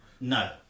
No